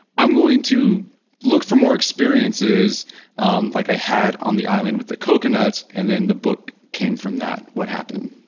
i'm going to look for more experiences um like i had on the island with the coconuts and then the book came from that, what happened